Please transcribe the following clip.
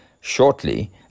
shortly